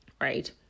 right